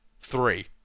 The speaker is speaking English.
Three